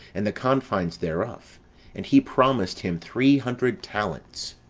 and the confines thereof and he promised him three hundred talents.